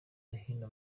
hino